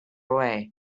away